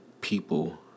people